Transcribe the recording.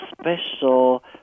special